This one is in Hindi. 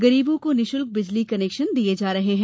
गरीबों को निशुल्क बिजली कनेक्शन दिये जा रहे है